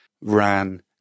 ran